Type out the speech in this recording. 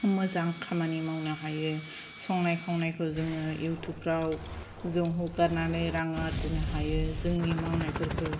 मोजां खामानि मावनो हायो संनाय खावनायखौ जोङो इउटुबफोराव जों हगारनानै रां आरजिनो हायो जोंनि मावनायफोरखौ